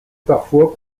parfois